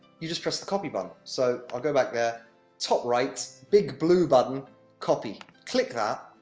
you just press the copy button. so, i'll go back there top right, big blue button copy. click that,